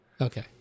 Okay